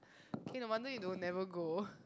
okay no wonder you don't never go